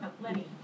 Lenny